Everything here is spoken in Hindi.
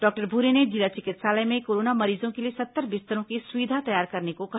डॉक्टर भूरे ने जिला चिकित्सालय में कोरोना मरीजों के लिए सत्तर बिस्तरों की सुविधा तैयार करने को कहा